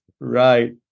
right